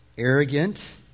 Arrogant